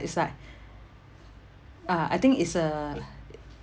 it's like uh I think it's a